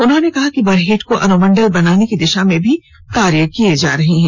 उन्होंने कहा कि बरहेट को अनुमंडल बनाने की दिशा में भी कार्य किया जा रहा है